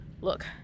look